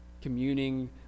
communing